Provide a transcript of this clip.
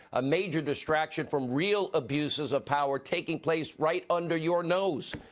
a major distraction from real abuses of power taking place right under your nose.